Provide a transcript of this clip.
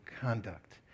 conduct